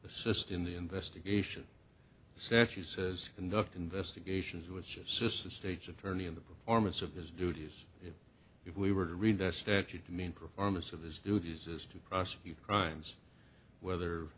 assist in the investigation searches conduct investigations which assist the stage attorney in the performance of his duties if we were to read the statute mean performance of his duties as to prosecute crimes whether